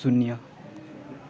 शून्य